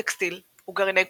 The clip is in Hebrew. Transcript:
טקסטיל וגרעיני כותנה,